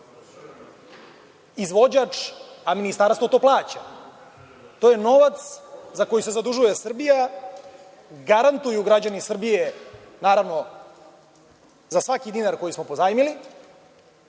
izvođač, a Ministarstvo to plaća. To je novac za koji se zadužuje Srbija, garantuju građani Srbije, naravno, za svaki dinar koji smo pozajmili